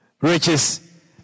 Riches